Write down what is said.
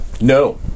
No